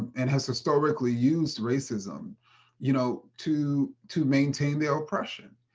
and has historically used racism you know to to maintain their oppression.